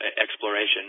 exploration